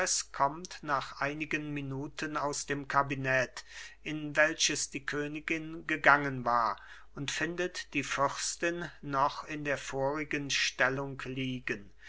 kommt nach einigen minuten aus dem kabinett in welches die königin gegangen war und findet die fürstin noch in der vorigen stellung liegen